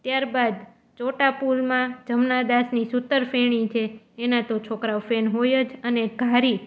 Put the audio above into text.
ત્યારબાદ ચોટાપૂલમાં જમનાદાસની સૂતરફેણી છે એના તો છોકરાંઓ તો ફેન હોય જ અને ઘારી